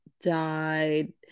died